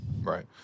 Right